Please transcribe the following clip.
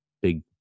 big